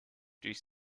durch